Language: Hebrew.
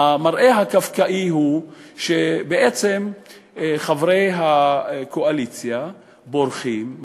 המראה הקפקאי הוא שבעצם חברי הקואליציה בורחים,